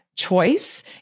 Choice